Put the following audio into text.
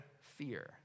fear